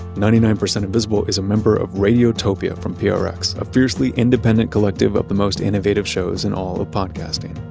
ninety nine percent invisible is a member of radiotopia from prx, a fiercely independent collective. of the most innovative shows in all of podcasting.